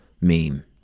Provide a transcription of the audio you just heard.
meme